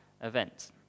event